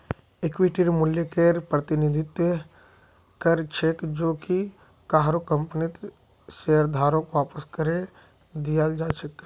इक्विटीर मूल्यकेर प्रतिनिधित्व कर छेक जो कि काहरो कंपनीर शेयरधारकत वापस करे दियाल् जा छेक